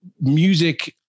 music